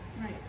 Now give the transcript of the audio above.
Right